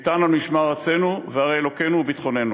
איתן על משמר ארצנו וערי אלוקינו וביטחוננו.